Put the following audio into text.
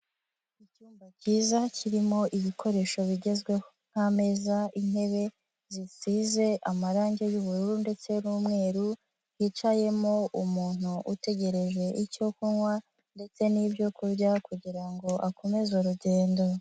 Icyumba kiza kirimo ibikoresho bigezweho, nk'ameza, intebe zisize amarangi y'ubururu ndetse n'umweru, yicayemo umuntu utegereje icyo kunywa ndetse n'ibyokurya kugira ngo akomeze urugendo.